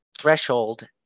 threshold